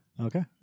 Okay